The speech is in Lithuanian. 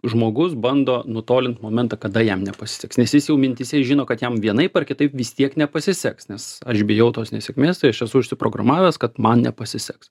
žmogus bando nutolint momentą kada jam nepasiseks nes jis jau mintyse žino kad jam vienaip ar kitaip vis tiek nepasiseks nes aš bijau tos nesėkmės tai aš esu užsiprogramavęs kad man nepasiseks